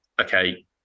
okay